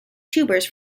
tubers